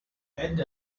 end